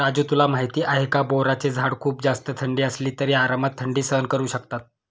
राजू तुला माहिती आहे का? बोराचे झाड खूप जास्त थंडी असली तरी आरामात थंडी सहन करू शकतात